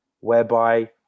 Whereby